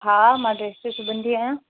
हा मां ड्रेसियूं सिबंदी आहियां